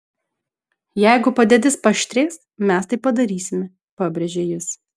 jeigu padėtis paaštrės mes tai padarysime pabrėžė jis